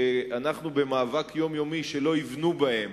שאנחנו במאבק יומיומי שלא יבנו בהם,